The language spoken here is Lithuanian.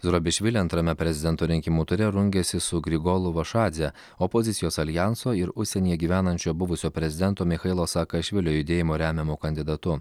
zurabišvili antrame prezidento rinkimų ture rungiasi su grigolu vašadze opozicijos aljanso ir užsienyje gyvenančio buvusio prezidento michailo saakašvilio judėjimo remiamu kandidatu